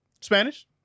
Spanish